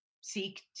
seek